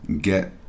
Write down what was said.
get